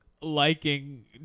liking